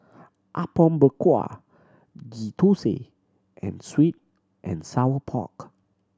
Apom Berkuah Ghee Thosai and sweet and sour pork